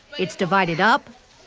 it's divided up.